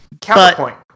counterpoint